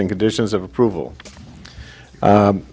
and conditions of approval